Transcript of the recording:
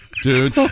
dude